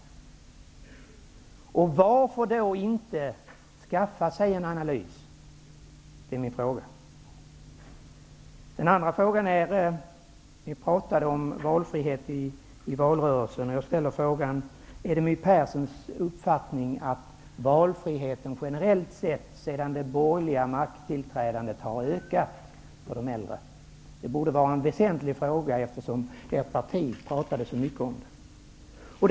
Min första fråga är: Varför då inte låta göra en analys på detta område? Ni talade i valrörelsen om valfrihet, och min andra fråga är: Är det My Perssons uppfattning att valfriheten efter det borgerliga makttillträdet generellt sett har ökat för de äldre? Det borde vara en väsentlig fråga, eftersom ert parti talade så mycket om detta.